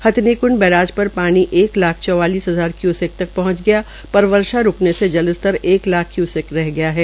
Hathnikund barrage पर पानी एक लाख चौवालिस हजार क्यूसेक तक पहुंच गया पर वर्षा रूकने से जल स्तर एक लाख क्यूसेक रह गया है